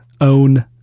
Own